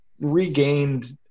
regained